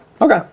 Okay